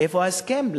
איפה ההסכם?